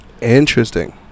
Interesting